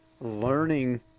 learning